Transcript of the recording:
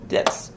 Yes